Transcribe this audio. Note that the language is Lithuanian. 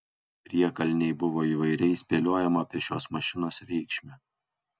priekalnėj buvo įvairiai spėliojama apie šios mašinos reikšmę